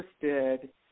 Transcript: interested